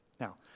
Now